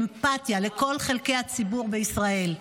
אמפתיה לכל חלקי הציבור בישראל,